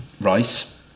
rice